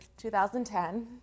2010